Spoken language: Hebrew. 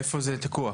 איפה זה תקוע?